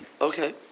okay